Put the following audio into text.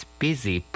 busy